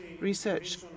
research